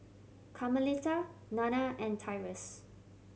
Carmelita Nanna and Tyrus